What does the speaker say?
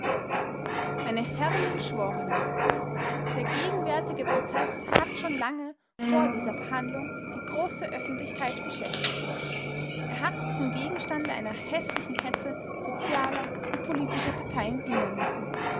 meine herren geschworenen der gegenwärtige prozeß hat schon lange vor dieser verhandlung die große öffentlichkeit beschäftigt er hat zum gegenstande einer häßlichen hetze sozialer und politischer parteien dienen müssen